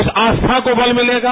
उस आस्था को बल मिलेगा